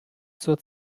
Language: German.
zur